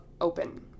open